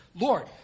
Lord